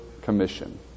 commission